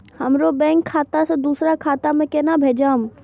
हमरो बैंक खाता से दुसरा खाता में केना भेजम?